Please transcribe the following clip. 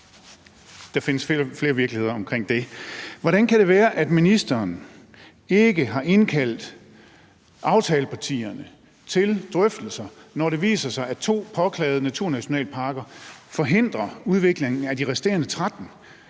der findes flere virkeligheder omkring det. Hvordan kan det være, at ministeren ikke har indkaldt aftalepartierne til drøftelser, når det viser sig, at to påklagede naturnationalparker forhindrer udviklingen af de resterende 13?